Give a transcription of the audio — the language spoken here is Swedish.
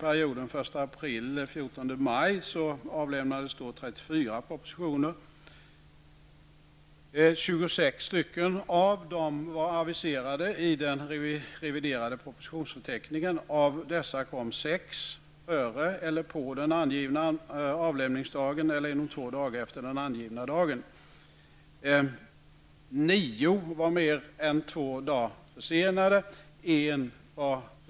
En proposition var försenad en hel månad och två propositioner var